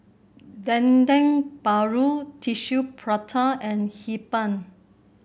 Dendeng Paru Tissue Prata and Hee Pan